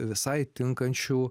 visai tinkančių